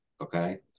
Okay